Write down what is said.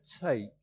take